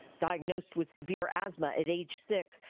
diagnosed with severe asthma at age six,